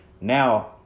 Now